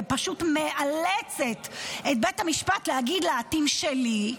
ותמיד מאלצת את בית המשפט להגיד לה: תמשלי,